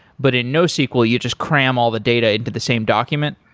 but in nosql you just cram all the data into the same document?